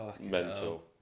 Mental